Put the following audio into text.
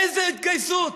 איזו התגייסות.